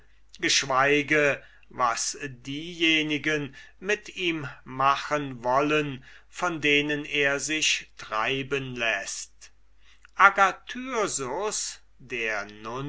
geschweige was diejenigen mit ihm machen wollen von denen er sich treiben läßt agathyrsus der